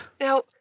now